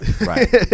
Right